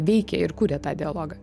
veikia ir kuria tą dialogą